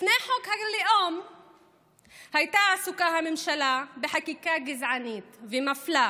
לפני חוק הלאום הייתה הממשלה עסוקה בחקיקה גזענית ומפלה